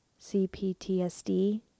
CPTSD